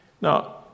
Now